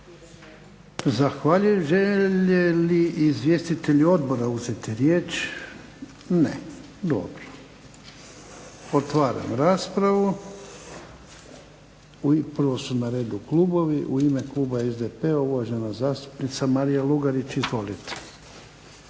Zahvaljujem. Žele li izvjestitelji Odbora uzeti riječ? Ne, dobro. Otvaram raspravu. Prvo su na redu klubovi, u ime kluba SDP-a uvažena zastupnica Marija Lugarić. Izvolite.